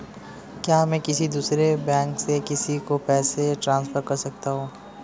क्या मैं किसी दूसरे बैंक से किसी को पैसे ट्रांसफर कर सकता हूं?